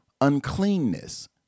uncleanness